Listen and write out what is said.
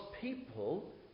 people